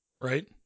Right